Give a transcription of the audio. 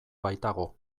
baitago